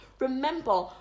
remember